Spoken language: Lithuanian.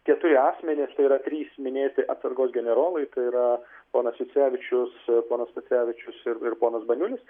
keturi asmenys tai yra trys minėti atsargos generolai tai yra ponas jucevičius ponas pocevičius ir ir ponas baniulis